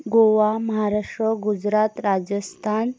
Goa Maharashtra Gujarat Rajasthan